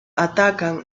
atacan